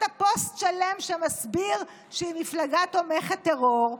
פוסט שלם שמסביר שהיא מפלגה תומכת טרור,